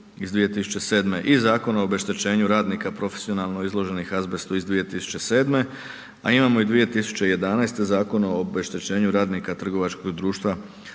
iz 2007. i Zakona o obeštećenju radnika profesionalno izloženih azbestu iz 2007., a imamo i 2011. Zakon o obeštećenju radnika trgovačkog društva